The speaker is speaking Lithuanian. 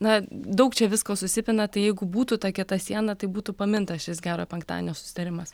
na daug čia visko susipina tai jeigu būtų ta kieta siena tai būtų pamintas šis gero penktadienio susitarimas